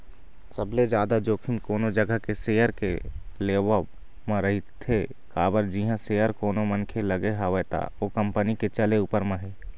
सबले जादा जोखिम कोनो जघा के सेयर के लेवब म रहिथे काबर जिहाँ सेयर कोनो मनखे के लगे हवय त ओ कंपनी के चले ऊपर म हे